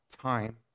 time